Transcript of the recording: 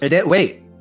Wait